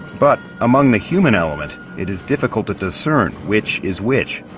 but among the human element, it is difficult to discern which is which.